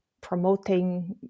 promoting